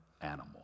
animal